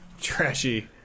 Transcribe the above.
Trashy